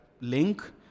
link